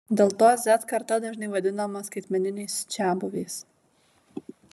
dėl to z karta dažnai vadinama skaitmeniniais čiabuviais